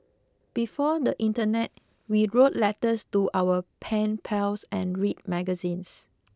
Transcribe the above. before the internet we wrote letters to our pen pals and read magazines